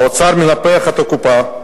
האוצר מנפח את הקופה,